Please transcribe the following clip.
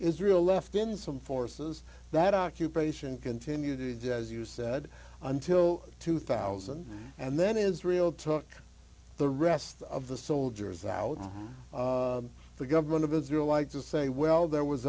israel left in some forces that occupation continue to do as you said until two thousand and then israel took the rest of the soldiers out of the government of israel like to say well there was